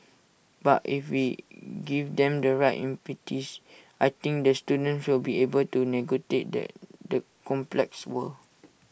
but if we give them the right impetus I think the students will be able to negotiate that the complex world